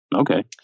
okay